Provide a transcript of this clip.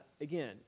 Again